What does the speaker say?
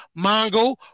Mongo